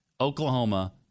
Oklahoma